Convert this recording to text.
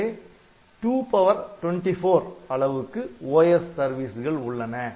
எனவே 2 power 24 அளவுக்கு OS சர்வீஸ்கள் உள்ளன